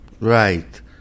Right